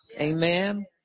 Amen